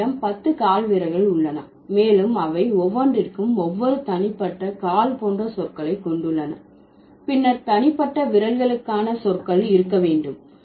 எங்களிடம் 10 கால் விரல்கள் உள்ளன மேலும் அவை ஒவ்வொன்றிற்கும் ஒவ்வொரு தனிப்பட்ட கால் போன்ற சொற்களை கொண்டுள்ளன பின்னர் தனிப்பட்ட விரல்களுக்கான சொற்கள் இருக்க வேண்டும்